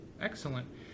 Excellent